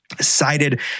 cited